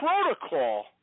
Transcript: protocol